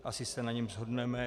Asi se na tom shodneme.